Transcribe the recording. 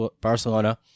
Barcelona